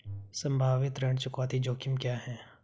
संभावित ऋण चुकौती जोखिम क्या हैं?